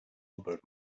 elbowed